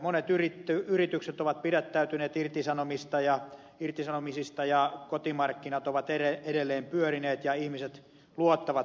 monet yritykset ovat pidättäytyneet irtisanomisista ja kotimarkkinat ovat edelleen pyörineet ja ihmiset luottavat talouteensa edelleen